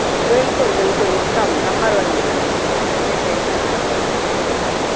बिल्कुलु बिल्कुलु हिकदमि नम्बर वन मिलंदी हुनजी टेंशन न कयो तव्हां हा हा